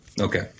Okay